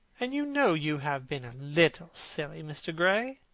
and you know you have been a little silly, mr. gray,